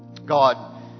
God